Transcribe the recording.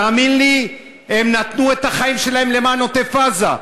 תאמין לי, הם נתנו את החיים שלהם למען עוטף-עזה.